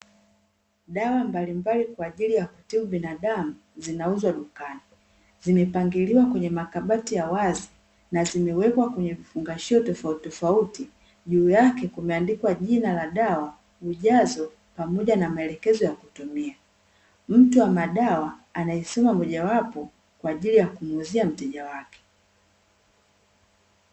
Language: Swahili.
Dawa mbalimbali kwa ajili ya kutibu binadamu, zinauzwa dukani. Zimepangiliwa kwenye makabati ya wazi na zimewekwa kwenye vifungashio tofautitofauti juu yake kumeandikwa jina la dawa, ujazo pamoja na maelekezo ya kutumia. Mtu wa madawa anaisoma mojawapo kwa ajili ya kumuuzia mteja wake.